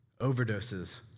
overdoses